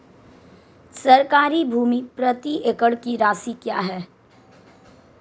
सरकारी भूमि प्रति एकड़ की राशि क्या है?